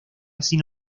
sin